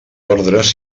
ordres